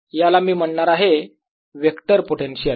याला मी म्हणणार आहे वेक्टर पोटेन्शियल